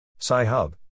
SciHub